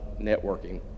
networking